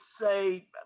say